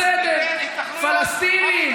בסדר -- התנחלויות ----- פלסטינים,